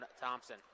Thompson